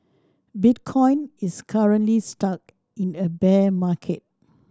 bitcoin is currently stuck in a bear market